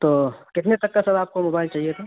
تو کتنے تک کا سر آپ کو موبائل چاہیے تھا